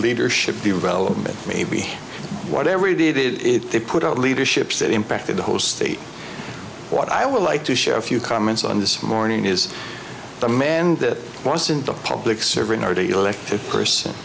leadership development maybe whatever we did it they put out leaderships that impacted the whole state what i would like to share a few comments on this morning is a man that wasn't a public servant already elected person